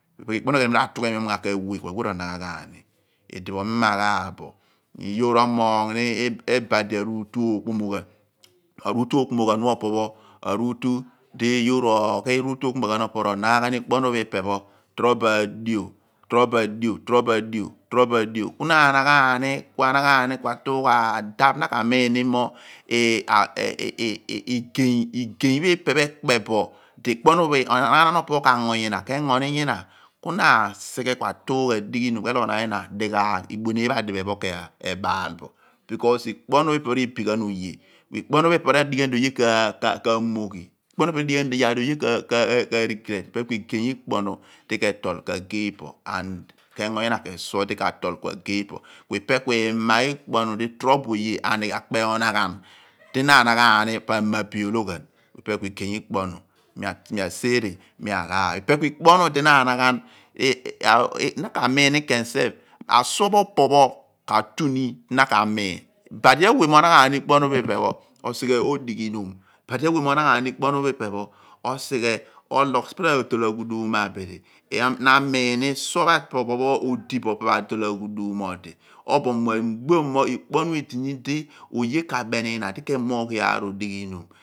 Ipe ku ikpo ohnu di mi ratughemi ghan we ku awe ken r'onaghan ghan ni ipe mi ghaaph bo mo yoor omoogh ni ibadi aruutu ookpomoghan ku aruutu ookpomoghan pho ipe pho yoor oghi, yoor r'onaghan ni ikpo ohnu pho ipe pho torobo adio ku na aneghan ku atuugh adaph, na ka miin ni igey di onaghanan pho opo k'ango nyina ku na anaghan ku atuugh adigh keeloghonaan ni ina dighaangh idueneen pho opo k'ebaal bo. Ikponu pho re/dighi iyaar di oye kamough, obobo akunuma, ipe pho ku igey ikpo ohnu di ke tol k'agee po ku ebile engo nyina suo di ka tol k'agee po. Ipe ken ku ikpo ohnu di na anagham asuo pho po pho na rawa bo ka tuni di na ka miin. Ibadi awe mo naghan ni ikpo ahnu ohnu otuugh osighe odeghinon, obile osighe ologh sighe ekpom mo abidi. Ku abidi omiin mi suo pho odi bo sighe adol agnudum mo abidi obo mi ubiom mo ikpo ohnu edini di oye k'abeni nyina di ke moogh iyaar osighe odighinom.